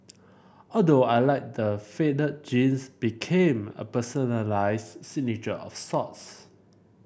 although I liked the faded jeans became a personalised signature of sorts